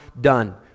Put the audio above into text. Done